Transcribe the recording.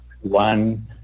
one